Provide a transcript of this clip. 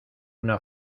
una